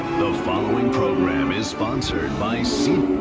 the following program is sponsored by cbn.